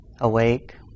awake